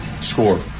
score